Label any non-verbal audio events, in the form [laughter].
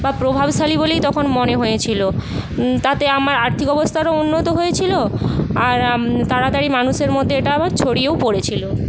বা প্রভাবশালী বলেই তখন মনে হয়েছিলো তাতে আমার আর্থিক অবস্থারও উন্নত হয়েছিলো আর [unintelligible] তাড়াতাড়ি মানুষের মধ্যে এটা আবার ছড়িয়েও পড়েছিলো